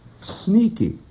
sneaky